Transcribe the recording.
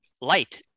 light